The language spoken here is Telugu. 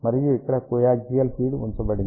మరియు ఇక్కడ కోయాగ్జియల్ ఫీడ్ ఉపయోగించబడింది